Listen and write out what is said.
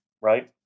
Right